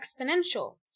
exponential